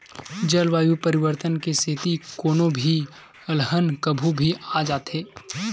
जलवायु परिवर्तन के सेती कोनो भी अलहन कभू भी आ जाथे